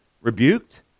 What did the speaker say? rebuked